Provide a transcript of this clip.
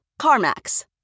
CarMax